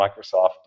Microsoft